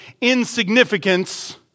insignificance